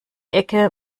ecke